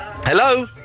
Hello